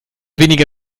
weniger